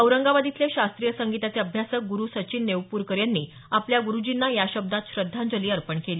औरंगाबाद इथले शास्त्रीय संगीताचे अभ्यासक ग्रु सचिन नेवपूरकर यांनी आपल्या गुरुजींना या शब्दांत श्रद्धांजली अर्पण केली